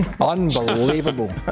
Unbelievable